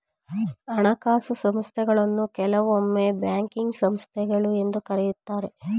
ಹಣಕಾಸು ಸಂಸ್ಥೆಗಳನ್ನು ಕೆಲವೊಮ್ಮೆ ಬ್ಯಾಂಕಿಂಗ್ ಸಂಸ್ಥೆಗಳು ಎಂದು ಕರೆಯುತ್ತಾರೆ